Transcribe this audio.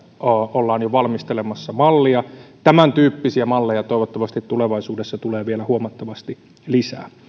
ollaan jo valmistelemassa mallia tämäntyyppisiä malleja toivottavasti tulevaisuudessa tulee vielä huomattavasti lisää